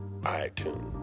iTunes